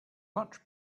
much